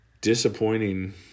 disappointing